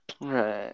Right